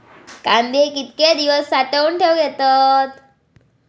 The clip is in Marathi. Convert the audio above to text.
कांदे कितके दिवस साठऊन ठेवक येतत?